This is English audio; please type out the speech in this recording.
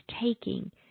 taking